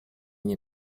nie